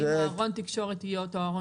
האם ארון התקשורת יהיה אותו ארון תקשורת.